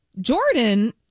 Jordan